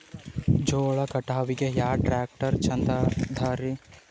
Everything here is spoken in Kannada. ಜೋಳ ಕಟಾವಿಗಿ ಯಾ ಟ್ಯ್ರಾಕ್ಟರ ಛಂದದರಿ?